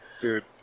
dude